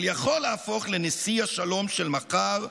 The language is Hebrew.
אבל יכול להפוך לנשיא השלום של מחר,